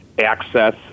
access